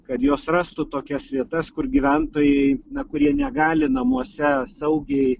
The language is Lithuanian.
kad jos rastų tokias vietas kur gyventojai na kurie negali namuose saugiai